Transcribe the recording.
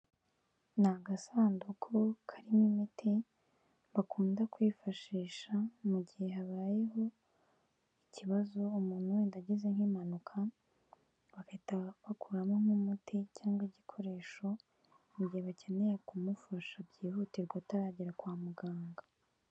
Ni agasanduku karimo imiti bakunda kwifashisha mu gihe habayeho ikibazo umuntu wenda agize nk'impanuka bagahita bakuramo nk'umuti cyangwa igikoresho mu gihe bakeneye kumufasha byihutirwa ataragera kwa muganga.